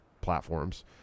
platforms